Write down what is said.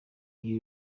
iri